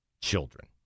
children